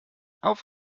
auf